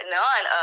none